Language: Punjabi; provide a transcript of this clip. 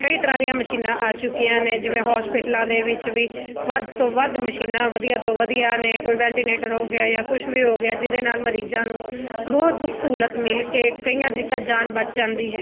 ਕਈ ਤਰ੍ਹਾਂ ਦੀਆਂ ਮਸ਼ੀਨਾਂ ਆ ਚੁੱਕੀਆਂ ਨੇ ਜਿਵੇਂ ਹੋਸਪਿਟਲਾਂ ਦੇ ਵਿੱਚ ਵੀ ਵੱਧ ਤੋਂ ਵੱਧ ਮਸ਼ੀਨਾਂ ਵਧੀਆ ਤੋਂ ਵਧੀਆ ਨੇ ਕੋਈ ਵੈਟੀਨੇਟਰ ਹੋ ਗਿਆ ਜਾਂ ਕੁਛ ਵੀ ਹੋ ਗਿਆ ਜਿਹਦੇ ਨਾਲ ਮਰੀਜ਼ਾਂ ਨੂੰ ਬਹੁਤ ਸੁੱਖ ਸਹੂਲਤ ਮਿਲ ਕੇ ਕਈਆਂ ਦੀ ਤਾਂ ਜਾਨ ਬਚ ਜਾਂਦੀ ਹੈ